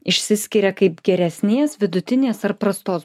išsiskiria kaip geresnės vidutinės ar prastos